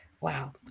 Wow